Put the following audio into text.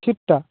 ছিটটা